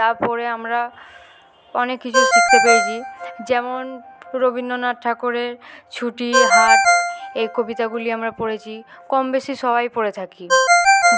তারপরে আমরা অনেক কিছু শিখতে পেয়েছি যেমন রবীন্দ্রনাথ ঠাকুরের ছুটি হাট এই কবিতাগুলি আমরা পড়েছি কম বেশি সবাই পড়ে থাকি